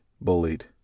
bullied